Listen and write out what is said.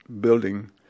building